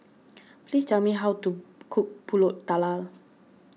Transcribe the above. please tell me how to cook Pulut Tatal